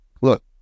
Look